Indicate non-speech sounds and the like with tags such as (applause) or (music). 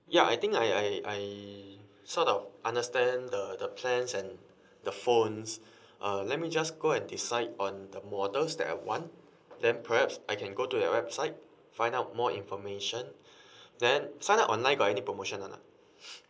ya I think I I I sort of understand the the plans and (breath) the phones (breath) uh let me just go and decide on the models that I want then perhaps I can go to your website find out more information (breath) then sign up online got any promotion or not